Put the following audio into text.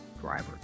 driver